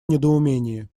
недоумении